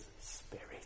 Spirit